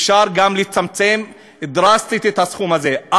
אפשר גם לצמצם דרסטית את הסכום הזה,